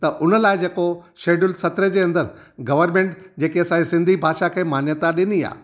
त उन लाइ जेको शेड्यूल सत्रहं जे अंदरि गवर्नमेंट जेकी असांजी सिंधी भाषा खे मान्यता ॾिनी आहे